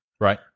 Right